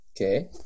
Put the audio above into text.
Okay